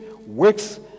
works